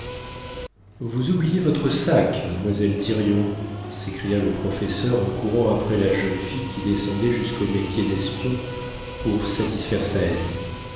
vous oubliez votre sac mademoiselle thirion s'écria le professeur en courant après la jeune fille qui descendait jusqu'au métier d'espion pour satisfaire sa haine